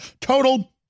Total